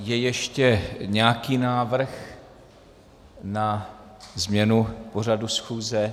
Je ještě nějaký návrh na změnu pořadu schůze?